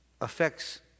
affects